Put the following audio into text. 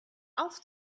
auf